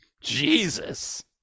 Jesus